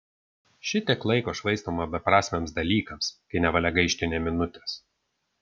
šitiek laiko švaistoma beprasmiams dalykams kai nevalia gaišti nė minutės